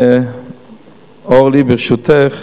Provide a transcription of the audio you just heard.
אורלי, ברשותך,